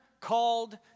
called